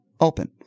open